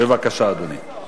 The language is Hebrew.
בבקשה, אדוני.